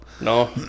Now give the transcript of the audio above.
No